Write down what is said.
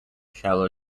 shallow